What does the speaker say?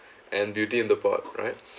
and Beauty in the Pot right